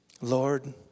Lord